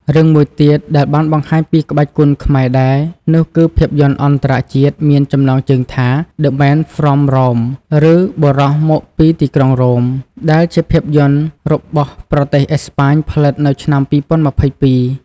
រឿងមួយទៀតដែលបានបង្ហាញពីក្បាច់គុនខ្មែរដែរ នោះគឺភាពយន្តអន្តរជាតិមានចំណងជើងថា "The Man from Rome" ឬ "បុរសមកពីទីក្រុងរ៉ូម" ដែលជាភាពយន្តរបស់ប្រទេសអេស្ប៉ាញផលិតនៅឆ្នាំ២០២២។